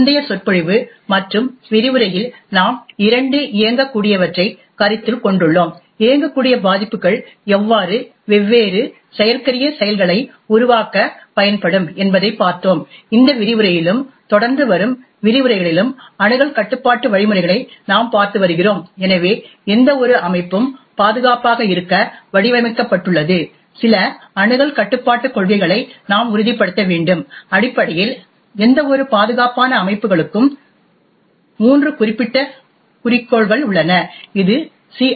முந்தைய சொற்பொழிவு மற்றும் விரிவுரையில் நாம் இரண்டு இயங்கக்கூடியவற்றைக் கருத்தில் கொண்டுள்ளோம் இயங்கக்கூடிய பாதிப்புகள் எவ்வாறு வெவ்வேறு செயற்கரிய செயல்களை உருவாக்க பயன்படும் என்பதைப் பார்த்தோம் இந்த விரிவுரையிலும் தொடர்ந்து வரும் விரிவுரைகளிலும் அணுகல் கட்டுப்பாட்டு வழிமுறைகளை நாம் பார்த்து வருகிறோம் எனவே எந்தவொரு அமைப்பும் பாதுகாப்பாக இருக்க வடிவமைக்கப்பட்டுள்ளது சில அணுகல் கட்டுப்பாட்டுக் கொள்கைகளை நாம் உறுதிப்படுத்த வேண்டும் அடிப்படையில் எந்தவொரு பாதுகாப்பான அமைப்புகளுக்கும் மூன்று குறிப்பிட்ட குறிக்கோள்கள் உள்ளன இது சி